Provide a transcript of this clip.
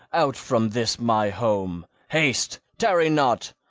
out from this my home haste, tarry not!